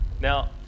Now